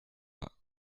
pas